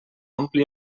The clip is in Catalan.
ompli